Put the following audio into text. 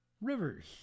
Rivers